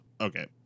okay